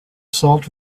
salt